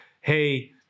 hey